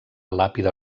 làpida